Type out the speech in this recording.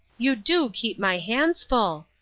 you do keep my hands full!